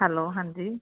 hello ਹਾਂਜੀ